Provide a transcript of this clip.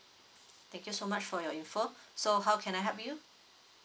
thank you so much for your info so how can I help you